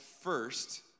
first